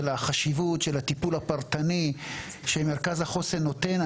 החשיבות של הטיפול הפרטני שמרכז החוסן נותן.